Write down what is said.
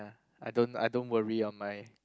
ya I don't I don't worry on my